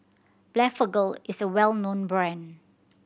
Blephagel is a well known brand